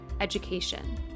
education